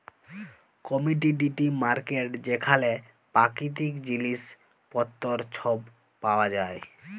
commodity market যেখালে পাকিতিক জিলিস পত্তর ছব পাউয়া যায়